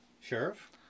Sheriff